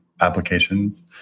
applications